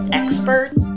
experts